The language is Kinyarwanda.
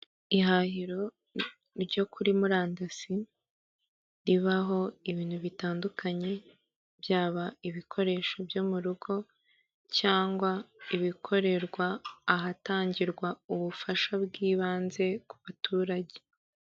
Ihahiro ryo kuri murandasi, ribaho ibintu bitandukanye, byaba ibikoresho byo mu rugo, cyangwa ibikorerwa ahatangirwa ubufasha bw'ibanze ku baturage.